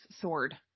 sword